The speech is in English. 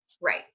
Right